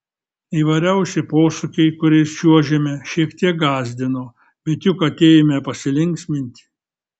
įvairiausi posūkiai kuriais čiuožėme šiek tiek gąsdino bet juk atėjome pasilinksminti